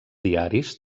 diaris